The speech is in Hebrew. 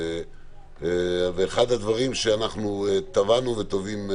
אחד הדברים שאנחנו תבענו ותובעים,